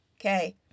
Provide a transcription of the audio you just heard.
Okay